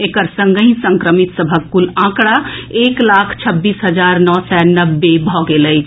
एकर संगहि संक्रमित सभक कुल आंकड़ा एक लाख छब्बीस हजार नओ सय नब्बे भऽ गेल अछि